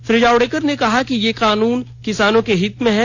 श्री जावड़ेकर ने कहा कि ये कानून किसानों के हित में है